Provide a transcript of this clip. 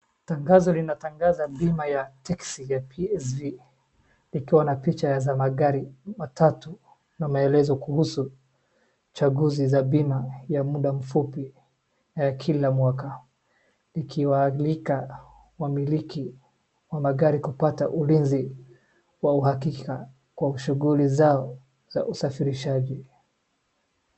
Tangazo linatangaza bima taxi ya PSV likiwa na picha za magari matatu na maelezo kuhusu changuzi za bima ya muda mfupi ya kila mwaka. Ikiwalika wamiliki wa magari kupata ulinzi wa uhakika kwa shughuli zao za usafirishaji.